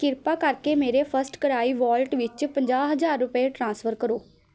ਕਿਰਪਾ ਕਰਕੇ ਮੇਰੇ ਫਸਟਕ੍ਰਾਈ ਵੋਲਟ ਵਿੱਚ ਪੰਜਾਹ ਹਜ਼ਾਰ ਰੁਪਏ ਟ੍ਰਾਂਸਫਰ ਕਰੋ